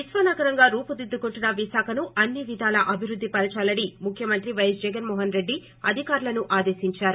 విశ్వ నగరంగా రూపుదిద్దుకుంటున్న విశాఖను అన్ని విధాల అభివృద్ధి పరచాలని ముఖ్యమంత్రి వైఎస్ జగన్మోహన్ రెడ్లి అధికారులను ఆదేశించారు